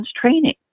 training